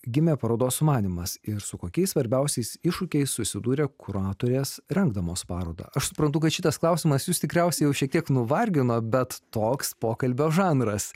gimė parodos sumanymas ir su kokiais svarbiausiais iššūkiais susidūrė kuratorės rengdamos parodą aš suprantu kad šitas klausimas jūs tikriausiai jau šiek tiek nuvargino bet toks pokalbio žanras